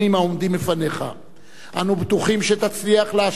אנו בטוחים שתצליח להשיב את השלום והביטחון